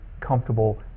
comfortable